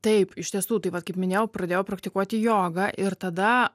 taip iš tiesų tai vat kaip minėjau pradėjau praktikuoti jogą ir tada